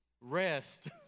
rest